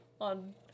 on